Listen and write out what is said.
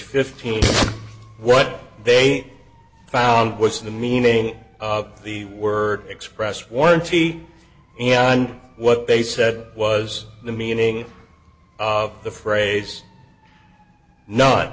fifteen what they found was the meaning of the word expressed warranty and what they said was the meaning of the phrase not